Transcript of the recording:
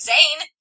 Zane